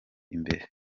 imbere